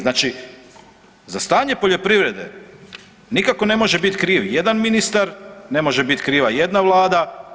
Znači, za stanje poljoprivrede nikako ne može bit kriv jedan ministar, ne može bit kriva jedna vlada.